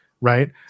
right